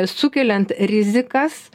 sukeliant rizikas